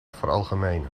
veralgemenen